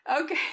okay